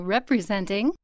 Representing